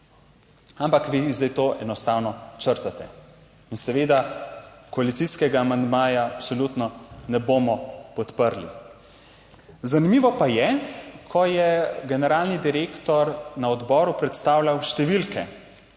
Ampak vi zdaj to enostavno črtate in seveda koalicijskega amandmaja absolutno ne bomo podprli. Zanimivo pa je, ko je generalni direktor na odboru predstavljal številke